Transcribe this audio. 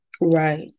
right